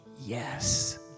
yes